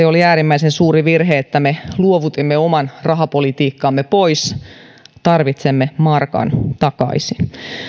oli äärimmäisen suuri virhe että me luovutimme oman rahapolitiikkamme pois tarvitsemme markan takaisin